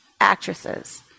actresses